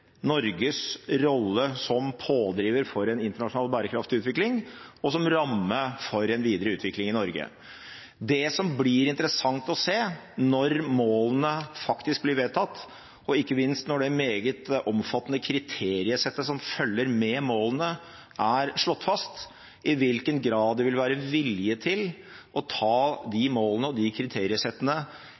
Norges rolle som pådriver for en internasjonal bærekraftig utvikling, og som ramme for en videre utvikling i Norge. Det som blir interessant å se, når målene faktisk blir vedtatt, og ikke minst når det meget omfattende kriteriesettet som følger med målene, er slått fast, er i hvilken grad det vil være vilje til å ta de målene og de kriteriesettene